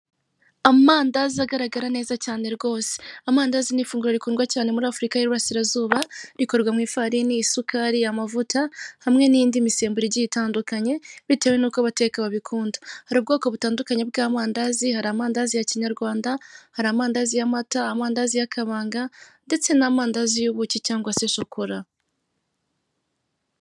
Amandazi agaragara neza cyane rwose. Amandazi ni ifunguro rikundwa cyane muri Afurika y'Iburasirazuba, rikorwa mu ifarini, isukari, amavuta hamwe n'indi misemburo itandukanye bitewe n'uko abateka babikunda. Hari ubwoko butandukanye bw'amandazi: hari amandazi ya kinyarwanda, hari amandazi y'amata, hari amandazi y'akabanga, ndetse n'amandazi y'ubuki cyangwa se shokola.